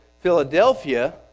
Philadelphia